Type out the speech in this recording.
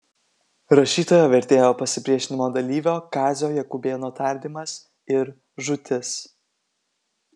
rašytojo vertėjo pasipriešinimo dalyvio kazio jakubėno tardymas ir žūtis